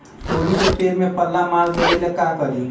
तोड़ी के पेड़ में पल्ला मार देबे ले का करी?